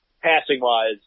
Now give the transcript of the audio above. passing-wise